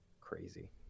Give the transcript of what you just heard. crazy